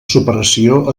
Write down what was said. superació